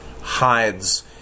hides